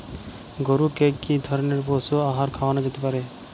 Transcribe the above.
গরু কে কি ধরনের পশু আহার খাওয়ানো যেতে পারে?